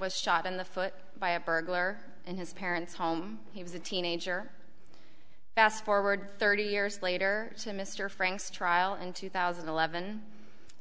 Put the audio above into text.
was shot in the foot by a burglar in his parents home he was a teenager fast forward thirty years later to mr frank's trial in two thousand and eleven